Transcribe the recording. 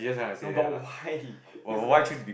no but why it's like